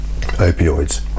opioids